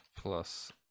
plus